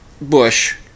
Bush